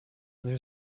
there